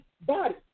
body